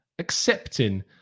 accepting